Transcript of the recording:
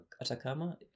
Atacama